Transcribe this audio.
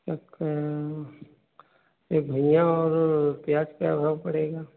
तखन तब धनिया और प्याज क्या भाव पड़ेगा